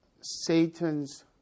Satan's